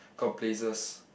got places